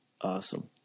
Awesome